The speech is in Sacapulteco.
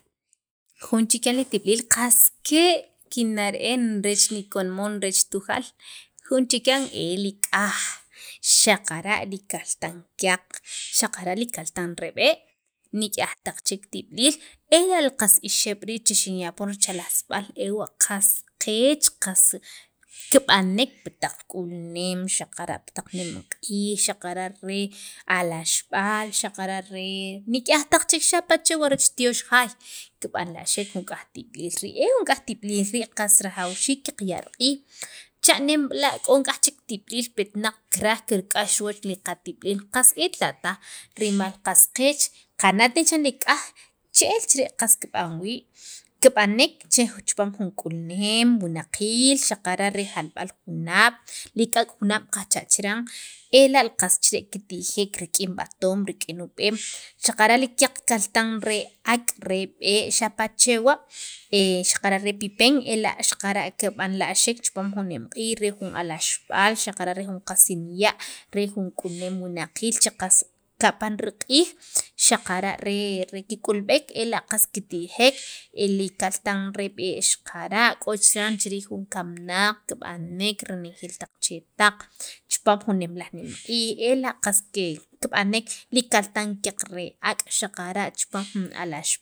jun chikyan li tib'iliil qas ke' kinna' re'en reech ni kamoon reech Tujal jun che kan e li k'aj xaqara' li kaltan kyaq xaqara' li kaltan re b'e' nik'yaj raq chek tib'iliil ela' qas ixeb' rii' che xinya' poon chaljsab'al ewa' qas qeech qas kib'anek pi taq k'ulneem xaqara' pi taq nemq'iij xaqara' re alaxb'al xaqara' pi nik'yaj chek, re tyox jaay kib'anla'xek jun k'aj tib'iliil rii' e k'aj rib'iliil rii' qas rajawxiik qaya' riq'iij cha'nem b'la' k'o nik'yaj chek tib'iliil petnaq kiraj kirk'ax riwach qatib'iliil qas etla' taj rimal qas qeech qana't ne chiran li k'aj che'el chire' kib'an wii' kib'anek che chipaam jun k'ulneem wunaqiil, xaqara' re jalb'al junab', li k'ak' junaab' kajcha' chiran kitijek rik'in b'atoom rik'in ub'een xaqara' li kyaq kaltan re ak' re b'e' xapa' re chewa' xaqara' re pipen xaqara' ela' kib'anla'xek pi jun nemq'iij rejun alaxb'al xaqara're qasim ya' k'ulneem wunaqiil che qas kapan riq'iij xaqara' re kik'ulb'ek ela' qas kitijek e li kaltan re b'ee' xaqara' k'o chiran chiriij jun kamnaq kib'anek renejeel taq chetaq chipaam jun nemalaj nemq'iij ela qas kib'anek li kaltan kyaq re ak' xaqara' chipaam jun lax